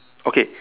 okay